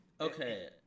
okay